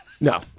No